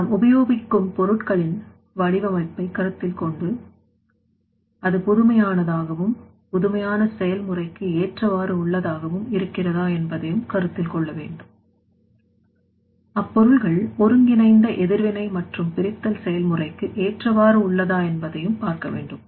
நான் உபயோகிக்கும் பொருள்களின் வடிவமைப்பை கருத்தில்கொண்டு அது புதுமையானதாகவும் புதுமையான செயல் முறைக்கு ஏற்றவாறு உள்ளதாகவும் இருக்கிறதா என்பதையும் கருத்தில் கொண்டு அப்பொருள்கள் ஒருங்கிணைந்த எதிர்வினை மற்றும் பிரித்தல் செயல்முறைக்கு ஏற்றவாறு உள்ளதா என்பதையும் பார்க்க வேண்டும்